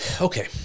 Okay